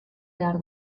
behar